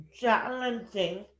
challenging